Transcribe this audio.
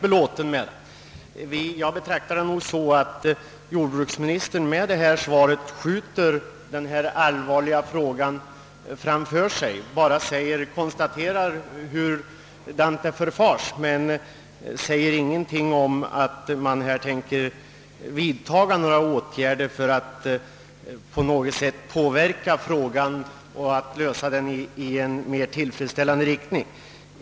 Av svaret får jag den uppfattningen, att jordbruksministern skjuter denna allvarliga fråga framför sig. Han bara konstaterar själva förfaringssättet men säger ingenting om att man här tänker vidta några åtgärder för att ge frågan en tillfredsställande lösning.